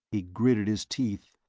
he gritted his teeth,